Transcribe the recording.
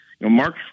Mark